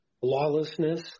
lawlessness